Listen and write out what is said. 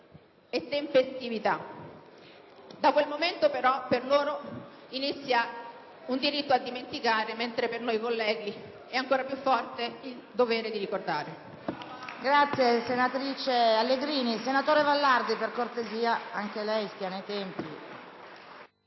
e tempestività. Da quel momento, però, per loro inizia il diritto a dimenticare, mentre per noi, onorevoli colleghi, è ancora più forte il dovere di ricordare.